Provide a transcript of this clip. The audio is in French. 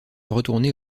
retourner